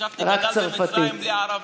חשבתי שגדל במצרים בלי ערבית.